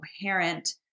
coherent